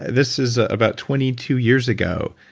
this is ah about twenty two years ago,